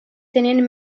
tenien